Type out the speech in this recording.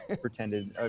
pretended